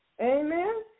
Amen